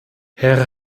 herr